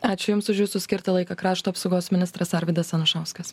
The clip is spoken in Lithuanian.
ačiū jums už jūsų skirtą laiką krašto apsaugos ministras arvydas anušauskas